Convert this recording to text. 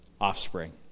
offspring